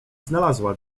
znalazła